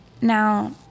Now